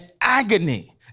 agony